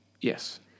Yes